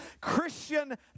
Christian